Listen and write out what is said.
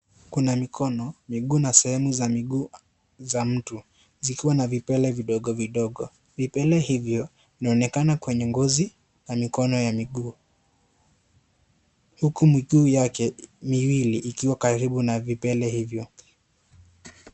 Kuna mikono, miguu na sehemu za miguu za mtu zikiwa na vipele vidogo vidogo vipele hivyo vinaonekana kwenye ngozi na mikono ya miguu huku miguu yake miwili ikiwa karibu na vipele hivyo.